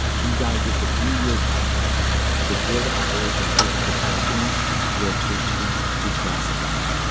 he died just a few years after that before the operation paperclip documents were officially declassified